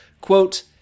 quote